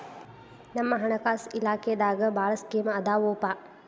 ನಮ್ ಹಣಕಾಸ ಇಲಾಖೆದಾಗ ಭಾಳ್ ಸ್ಕೇಮ್ ಆದಾವೊಪಾ